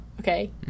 okay